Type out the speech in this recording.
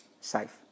Safe